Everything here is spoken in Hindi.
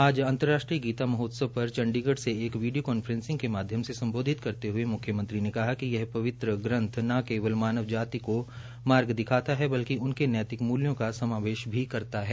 आज अंतर्राष्ट्रीय गीता महोत्सव पर चंडीगढ़ से एक वीडियो कांफ्रेसिंग के माध्यम से सम्बोधित करते हये मुख्यमंत्री ने कहा कि यह पवित्र ग्रंथ न केवल मानव जाति को मार्ग दिखाता है बलिक उनके नैतिक मूल्यों का समावेश भी काम करता है